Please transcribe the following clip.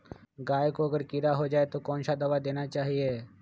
गाय को अगर कीड़ा हो जाय तो कौन सा दवा देना चाहिए?